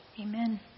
amen